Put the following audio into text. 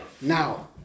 now